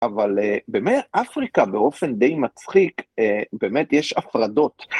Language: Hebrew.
אבל באמת אפריקה באופן די מצחיק, באמת יש הפרדות.